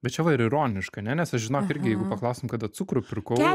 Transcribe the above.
bet čia va ir ironiška nes aš žinok irgi jeigu paklaustum kada cukrų pirkau